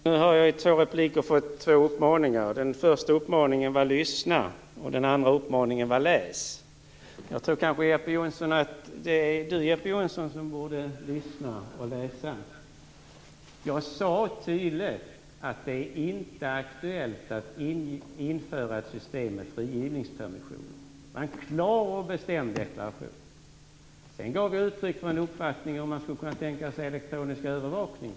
Fru talman! Jag har i två repliker fått två uppmaningar. Den första uppmaningen var lyssna och den andra uppmaningen var läs! Jag tror kanske att det är Jeppe Johnsson som borde lyssna och läsa. Jag sade tydligt att det inte är aktuellt att införa ett system med frigivningspermissioner. Det var en klar och bestämd deklaration. Sedan gav jag uttryck för uppfattningen att man skulle kunna tänka sig elektronisk övervakning.